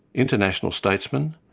international statesman,